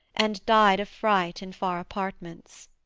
and died of fright in far apartments.